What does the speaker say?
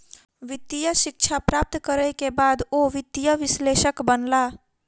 वित्तीय शिक्षा प्राप्त करै के बाद ओ वित्तीय विश्लेषक बनला